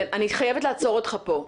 אני חייבת לעצור אותך פה.